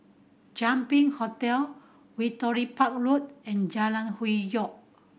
Champion Hotel Victoria Park Road and Jalan Hwi Yoh